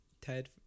Ted